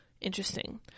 Interesting